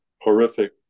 horrific